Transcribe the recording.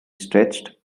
stretched